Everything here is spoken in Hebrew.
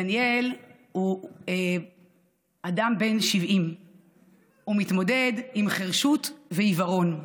דניאל הוא אדם בן 70 שמתמודד עם חירשות ועיוורון.